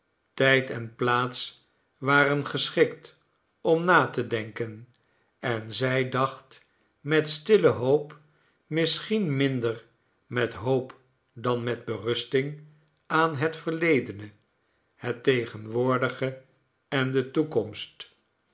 tijd en plaats waren geschikt om na te denken en zij dacht met stille hoop misschien minder met hoop dan met berusting aan het verledene het tegenwoordige en de toekomst